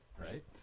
right